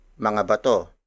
Mangabato